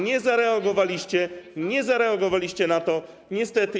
Nie zareagowaliście, nie zareagowaliście na to niestety.